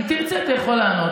אם תרצה, אתה יכול לענות לי.